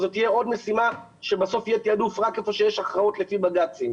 זו תהיה עוד משימה שבסוף יהיה תעדוף רק היכן שיש הכרעות לפי בג"צים.